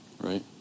right